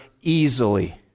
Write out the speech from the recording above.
easily